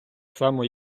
само